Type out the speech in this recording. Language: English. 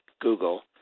Google